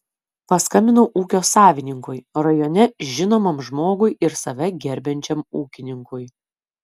paskambinau ūkio savininkui rajone žinomam žmogui ir save gerbiančiam ūkininkui